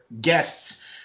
guests